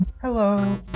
hello